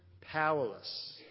powerless